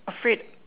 afraid